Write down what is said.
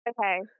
Okay